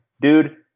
Dude